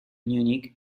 munich